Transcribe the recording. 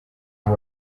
ubu